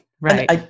Right